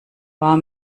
war